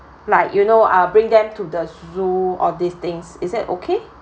like you know uh bring them to the zoo all these things is it okay